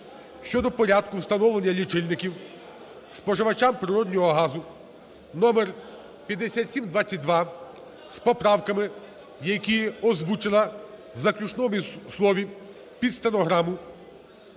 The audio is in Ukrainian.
щодо порядку встановлення лічильників споживачам природного газу (№ 5722) з поправками, які озвучила в заключному слові під стенограму